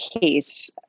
case